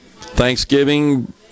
Thanksgiving